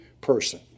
person